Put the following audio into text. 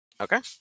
Okay